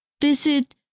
visit